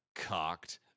cocked